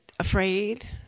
afraid